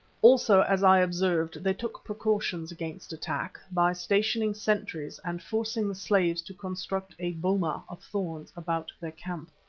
also, as i observed, they took precautions against attack by stationing sentries and forcing the slaves to construct a boma of thorns about their camp.